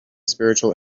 spiritual